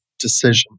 decision